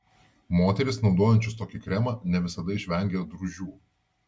moterys naudojančios tokį kremą ne visada išvengia drūžių